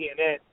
CNN